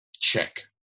check